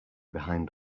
behind